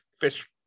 fish